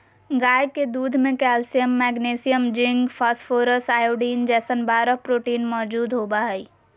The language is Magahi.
गाय के दूध में calcium, magnesium, zinc, phosphorus, iodine जैसन बारह प्रोटीन मौजूद होबा हइ